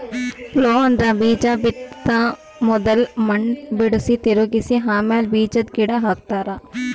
plough ಅಂದ್ರ ಬೀಜಾ ಬಿತ್ತ ಮೊದುಲ್ ಮಣ್ಣ್ ಬಿಡುಸಿ, ತಿರುಗಿಸ ಆಮ್ಯಾಲ ಬೀಜಾದ್ ಗಿಡ ಹಚ್ತಾರ